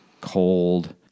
cold